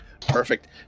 Perfect